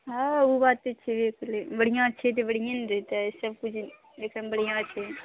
हँ ओ बात तऽ छेबै करे बढ़िआँ छै तऽ बढ़िएँ ने देतै सबकिछु एहिठाम बढ़िआँ छै